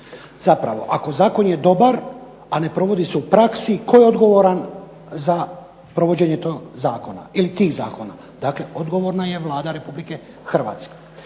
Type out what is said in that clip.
Zapravo ako je zakon dobar a ne provodi su praksi, tko je odgovoran za provođenje tih zakona? Dakle, odgovorna je Vlada Republike Hrvatske.